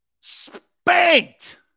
Spanked